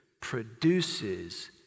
produces